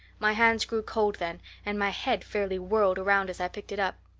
my hands grew cold then and my head fairly whirled around as i picked it up.